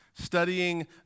Studying